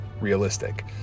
realistic